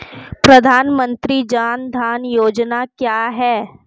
प्रधानमंत्री जन धन योजना क्या है?